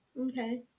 Okay